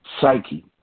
psyche